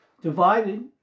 divided